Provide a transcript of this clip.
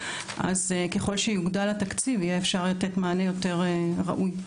אז ככל שיוגדל התקציב יהיה אפשר לתת מענה יותר ראוי.